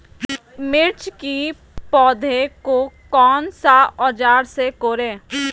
मिर्च की पौधे को कौन सा औजार से कोरे?